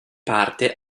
parte